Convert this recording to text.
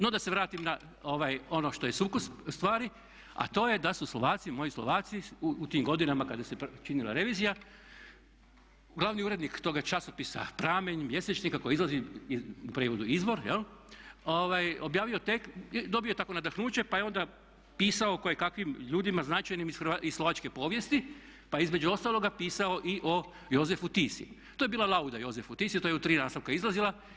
No da se vratim na ono što je sukus stvari, a to je da su Slovaci, moji Slovaci u tim godinama kada se činila revizija glavni urednik toga časopisa Prameň mjesečnika koji izlazi, u prijevodu "Izvor" jel' dobio tako nadahnuće pa je onda pisao o kojekakvim ljudima značajnim iz slovačke povijesti pa je između ostaloga pisao i o Jozefu Tisou, to je bila lauda Jozefu Tisou, to je u tri nastavka izlazila.